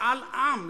"משאל עם,